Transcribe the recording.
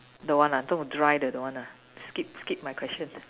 don't want ah too dry then don't want ah skip skip my question